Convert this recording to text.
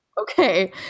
Okay